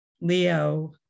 Leo